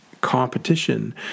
competition